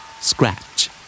Scratch